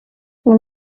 nous